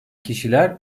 kişiler